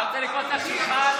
צריך לחקור אותך במח"ש.